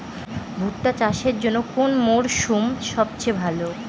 ভুট্টা চাষের জন্যে কোন মরশুম সবচেয়ে ভালো?